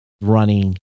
running